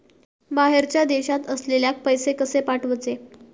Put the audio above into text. बाहेरच्या देशात असलेल्याक पैसे कसे पाठवचे?